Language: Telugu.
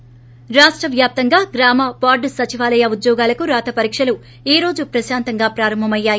ి రాష్ట వ్యాప్తంగా గ్రామ వార్గు సచివాలయ ఉద్యోగాలకు రాత పరీక్షలు ఈ రోజు ప్రశాంతంగా ప్రారంభమయ్యాయి